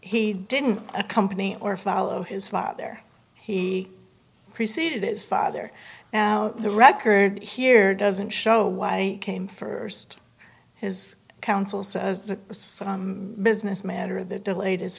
he didn't a company or follow his father he preceded is father now the record here doesn't show why i came first his counsel says business matter that delayed his